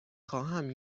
خواهم